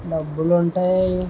డబ్బులు ఉంటాయి